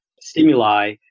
stimuli